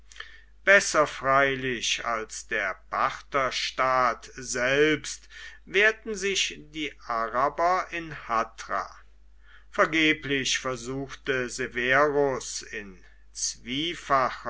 besser freilich als der partherstaat selbst wehrten sich die araber in hatra vergeblich versuchte severus in zwiefacher